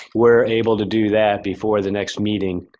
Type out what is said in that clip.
we're able to do that before the next meeting.